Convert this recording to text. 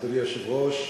אדוני היושב-ראש,